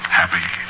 happy